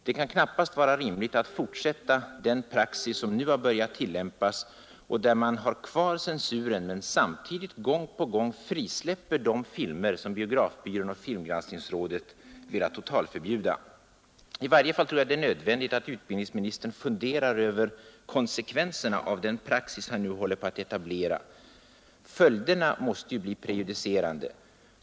Det kan knappast vara rimligt att fortsätta den praxis som nu har börjat tillämpas och enligt vilken man har kvar censuren men samtidigt gång på gång frisläpper de filmer som biografbyrån och filmgranskningsrådet velat totalförbjuda. I varje fall tror jag det är nödvändigt att utbildningsministern funderar över konsekvenserna av den praxis han nu håller på att etablera. Följderna måste ju bli prejudicerande.